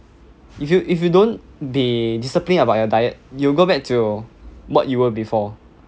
if you if you don't be disciplined about your diet you go back to what you were before